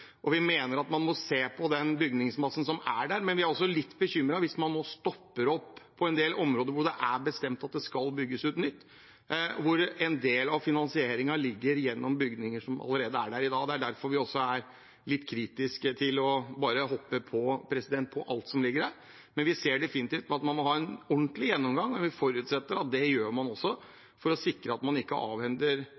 og vi mener at man må se på den bygningsmassen som er der. Men vi er litt bekymret hvis man nå stopper opp på en del områder hvor det er bestemt at det skal bygges ut nytt, og hvor en del av finansieringen ligger gjennom bygninger som er der allerede i dag. Det er derfor vi er litt kritisk til bare å hoppe på alt som ligger her. Men vi ser definitivt at man må ha en ordentlig gjennomgang, og vi forutsetter at det gjør man også,